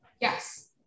yes